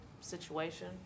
situation